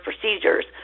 procedures